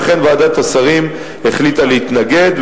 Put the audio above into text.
לכן ועדת השרים החליטה להתנגד,